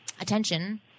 attention